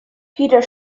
peter